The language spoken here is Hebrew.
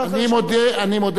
אני מודה באשמה.